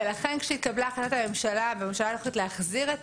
לכן כשהתקבלה החלטת ממשלה ואושר להחזיר את